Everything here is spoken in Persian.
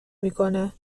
میکنه